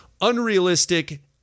Unrealistic